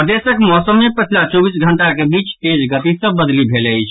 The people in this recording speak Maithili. प्रदेशक मौसम मे पछिला चौबीस घंटाक बीच तेज गति सँ बदलि भेल अछि